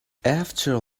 after